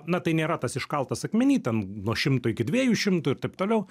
na tai nėra tas iškaltas akmeny ten nuo šimto iki dviejų šimtų ir taip toliau